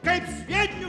kaip sviediniu